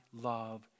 love